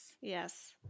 Yes